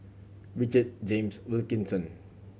Richard James Wilkinson